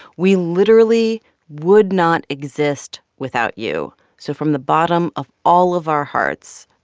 we literally would not exist without you. so from the bottom of all of our hearts,